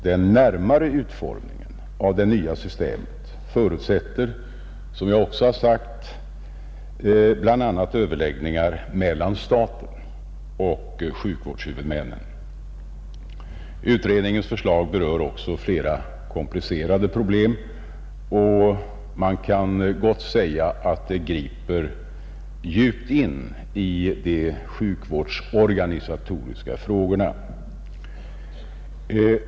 Den närmare utformningen av det nya systemet förutsätter, som jag också har sagt, bl.a. överläggningar mellan staten och sjukvårdshuvudmännen, Utredningens förslag berör också flera komplicerade problem, och man kan gott säga att det griper djupt in i de sjukvårdsorganisatoriska frågorna.